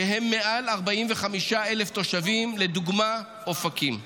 שהם מעל 45,000 תושבים, לדוגמה אופקים.